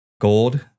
Gold